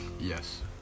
Yes